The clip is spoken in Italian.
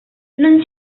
non